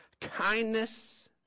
kindness